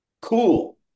cool